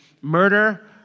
murder